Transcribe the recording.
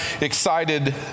excited